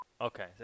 Okay